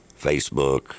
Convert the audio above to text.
Facebook